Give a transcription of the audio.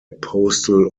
postal